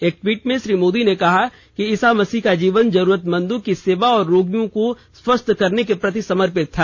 एक ट्वीट में श्री मोदी ने कहा कि ईसा मसीह का जीवन जरूरतमंदों की सेवा और रोगियों को स्वस्थ करने के प्रति समर्पित था